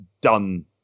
done